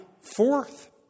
fourth